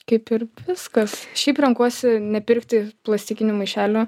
kaip ir viskas šiaip renkuosi nepirkti plastikinių maišelių